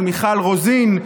של מיכל רוזין,